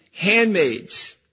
handmaids